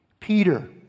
Peter